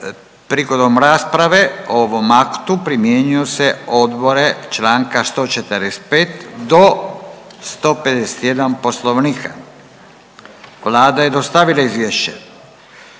Prigodom rasprave o ovom aktu primjenjuju se odredbe Članka 145. do 151. Poslovnika. Vlada je dostavila izvješće.